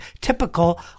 typical